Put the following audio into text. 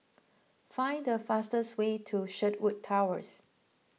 find the fastest way to Sherwood Towers